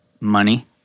Money